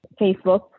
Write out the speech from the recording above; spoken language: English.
Facebook